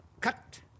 Cut